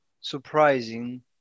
surprising